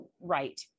right